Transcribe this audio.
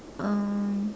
um